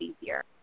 easier